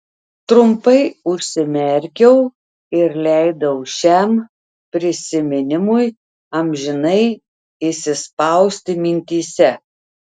trumpai užsimerkiau ir leidau šiam prisiminimui amžinai įsispausti mintyse